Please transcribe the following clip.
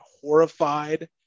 horrified